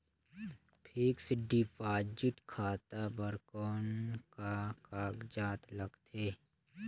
Fixed deposit खाता बर कौन का कागजात लगथे?